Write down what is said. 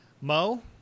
Mo